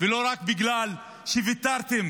ולא רק בגלל שוויתרתם